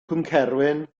cwmcerwyn